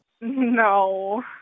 No